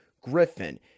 Griffin